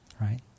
right